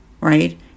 right